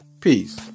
Peace